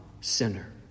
sinner